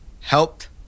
Helped